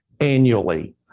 annually